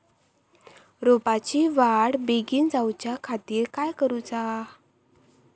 रोपाची वाढ बिगीन जाऊच्या खातीर काय करुचा?